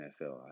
NFL